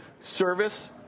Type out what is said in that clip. service